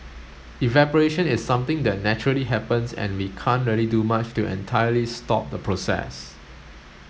evaporation is something that naturally happens and we can't really do much to entirely stop the process